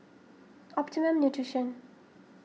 Optimum Nutrition